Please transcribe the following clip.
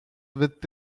with